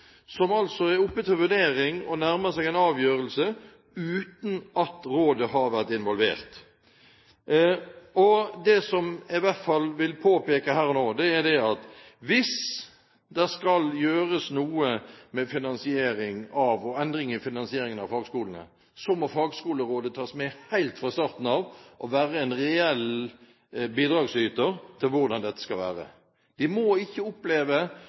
som gjelder fagskolen, som er oppe til vurdering og nærmer seg en avgjørelse, uten at rådet har vært involvert. Det jeg i hvert fall vil påpeke her nå, er at hvis det skal gjøres noen endring i finansieringen av fagskolene, må fagskolerådet tas med helt fra starten av og være en reell bidragsyter til hvordan dette skal være. De må ikke oppleve